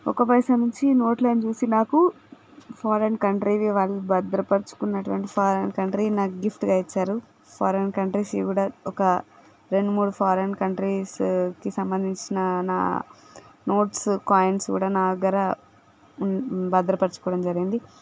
ఒక పైసా నుంచి నోట్లని చూసిన నాకు ఫారిన్ కంట్రీది వాటిని భద్రపరచుకున్నటువంటి ఫారిన్ కంట్రీ నాకు గిఫ్ట్గా ఇచ్చారు ఫారెన్ కంట్రీస్ ఇవి కూడా ఒక రెండు మూడు ఫారిన్ కంట్రీస్ సంబంధించిన నా నోట్స్ కాయిన్స్ కూడా నా దగ్గర భద్రపరచుకోవడం కూడా జరిగింది